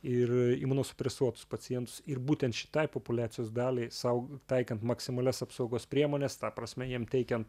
ir imunosupresuotus pacientus ir būtent šitai populiacijos daliai sau taikant maksimalias apsaugos priemones ta prasme jiem teikiant